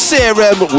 Serum